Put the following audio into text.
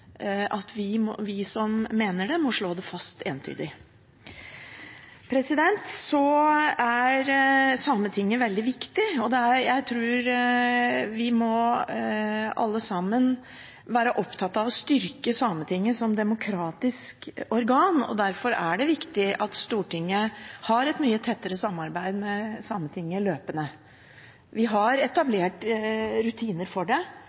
vi som mener det, må slå det entydig fast. Så er Sametinget veldig viktig. Jeg tror vi alle sammen må være opptatt av å styrke Sametinget som demokratisk organ. Derfor er det viktig at Stortinget har et mye tettere, løpende samarbeid med Sametinget. Vi har etablert rutiner for det,